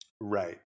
Right